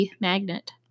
magnet